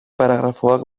paragrafoak